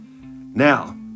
Now